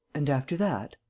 and, after that?